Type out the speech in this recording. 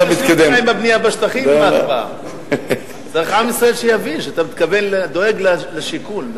צריך עם ישראל להבין שאתה דואג לשיכון,